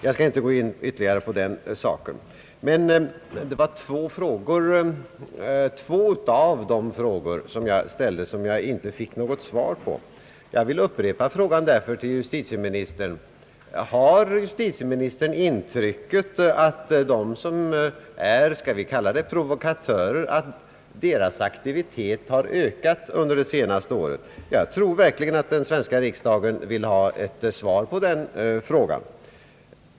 Jag skall inte gå in på den saken ytterligare, men jag fick inget svar på två av de frågor som jag ställde. Jag vill därför upprepa dem. Har justitieministern intrycket att de som är provokatörer — låt oss kalla dem så — ökat sin aktivitet under det senaste året? Jag tror verkligen att den svenska riksdagen vill ha ett svar på den frågan.